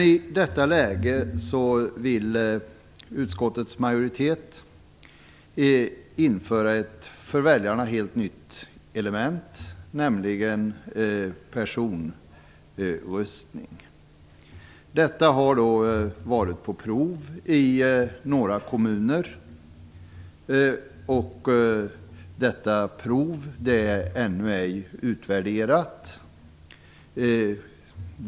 I detta läge vill utskottsmajoriteten införa ett för väljarna helt nytt element, nämligen personröstning. Det har gjorts prov i några kommuner. Detta prov är ännu ej utvärderat.